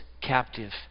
captive